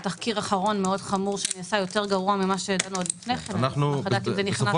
תחקיר אחרון חמור --- גרוע --- אשמח לדעת אם זה נכנס לחומרי הבדיקה.